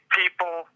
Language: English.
people